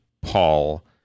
Paul